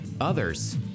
Others